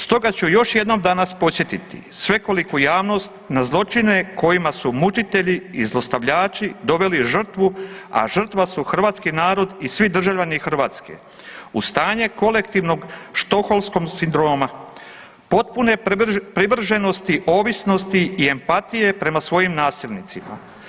Stoga ću još jednom danas podsjetiti svekoliku javnost na zločine kojima su mučitelji i zlostavljači doveli žrtvu, a žrtva su hrvatski narod i svi državljani Hrvatske, u stanje kolektivnog stockholmskog sindroma, potpune privrženosti ovisnosti i empatije prema svojim nasilnicima.